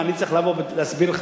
אני צריך להסביר לך,